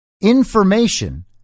information